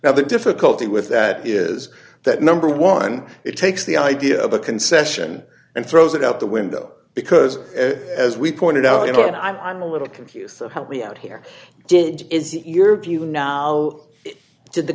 now the difficulty with that is that number one it takes the idea of a concession and throws it out the window because as we pointed out you know i'm a little confused so help me out here is your view now